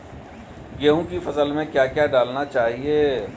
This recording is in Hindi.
गेहूँ की फसल में क्या क्या डालना चाहिए?